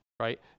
Right